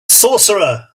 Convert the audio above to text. sorcerer